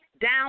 down